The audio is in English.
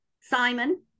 Simon